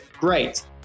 great